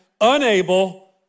unable